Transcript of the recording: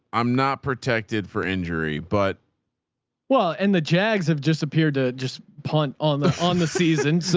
i'm not protected for injury, but well, and the jags have just appeared to just punt on the, on the season.